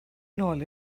nôl